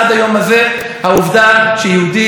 רבותיי, כנס מוצלח.